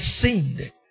sinned